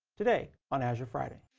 today, on azure friday.